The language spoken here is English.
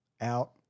Out